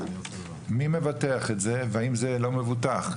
מי מבטח את זה והאם זה לא מבוטח?